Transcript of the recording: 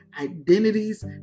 Identities